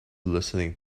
listening